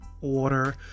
order